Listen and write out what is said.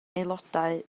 aelodau